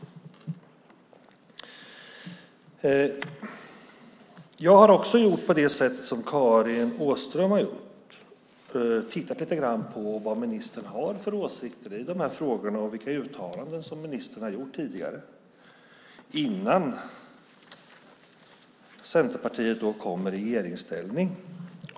Jag har också gjort på det sätt som Karin Åström har gjort. Jag har tittat lite grann på vad ministern har för åsikter i de här frågorna och vilka uttalanden som ministern har gjort tidigare innan Centerpartiet kom i regeringsställning.